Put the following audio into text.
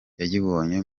yayibonye